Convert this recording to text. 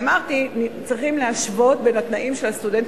אמרתי שצריכים להשוות את התנאים של הסטודנט